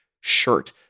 shirt